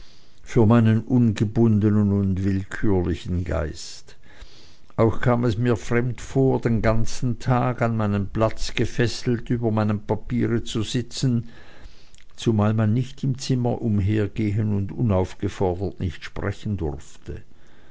für meinen ungebundenen und willkürlichen geist auch kam es mir fremd vor den ganzen tag an meinen platz gefesselt über meinem papiere zu sitzen zumal man nicht im zimmer umhergehen und unaufgefordert nicht sprechen durfte